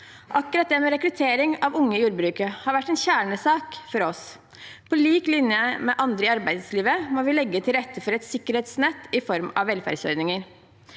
Akkurat det med rekruttering av unge i jordbruket har vært en kjernesak for oss. På lik linje med andre i arbeidslivet må vi legge til rette for et sikkerhetsnett i form av velferdsordninger.